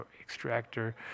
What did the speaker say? Extractor